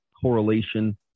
correlation